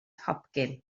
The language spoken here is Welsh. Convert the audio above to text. hopcyn